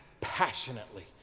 passionately